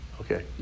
Okay